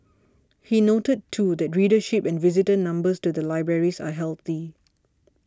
he noted too that readership and visitor numbers to the libraries are healthy